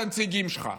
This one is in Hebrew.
את הנציגים שלך.